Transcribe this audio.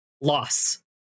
loss